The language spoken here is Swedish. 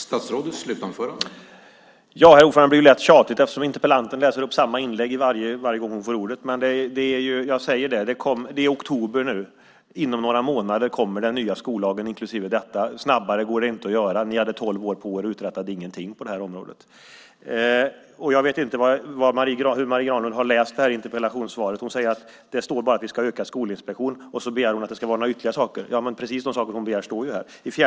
Herr talman! Det blir lätt tjatigt eftersom interpellanten läser upp samma inlägg varje gång hon får ordet. Det är oktober nu. Inom några månader kommer den nya skollagen, inklusive detta. Snabbare går det inte att göra det. Ni hade tolv år på er och uträttade ingenting på det här området. Jag vet inte hur Marie Granlund har läst det här interpellationssvaret. Hon säger att det bara står att vi ska förstärka Skolinspektionen, och så begär hon några ytterligare saker. Precis de saker hon begär står här.